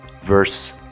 verse